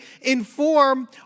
inform